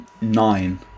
nine